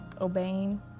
obeying